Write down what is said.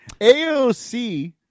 AOC